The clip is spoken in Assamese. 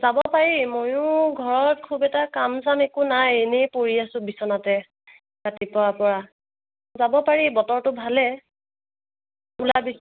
যাব পাৰি ময়ো ঘৰত খুউব এটা কাম চাম একো নাই এনেই পৰি আছোঁ বিচনাতে ৰাতিপুৱাৰ পৰা যাব পাৰি বতৰটো ভালে ওলাবি